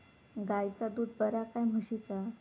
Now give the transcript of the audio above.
गायचा दूध बरा काय म्हशीचा?